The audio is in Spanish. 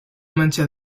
mancha